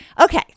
Okay